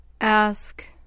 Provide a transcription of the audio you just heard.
Ask